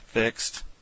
Fixed